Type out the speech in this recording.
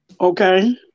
Okay